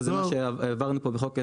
וזה גם מה שהעברנו בחוק ההסדרים,